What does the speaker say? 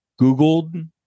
Googled